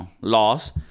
laws